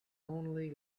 only